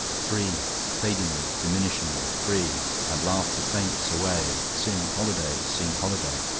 free, fadingly, diminishingly free and laughter faints away. sing holiday! sing holiday!